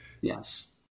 Yes